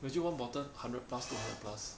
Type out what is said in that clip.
imagine one bottle hundred plus two hundred plus